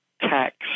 tax